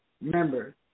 remember